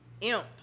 imp